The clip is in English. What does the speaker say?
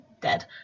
dead